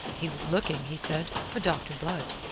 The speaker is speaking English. he was looking, he said, for dr. blood.